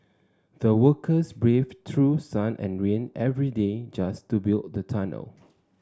the workers braved through sun and rain every day just to build the tunnel